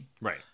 Right